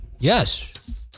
Yes